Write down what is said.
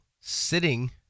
sitting